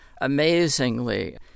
amazingly